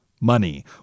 money